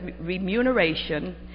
remuneration